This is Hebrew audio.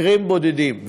מקרים בודדים.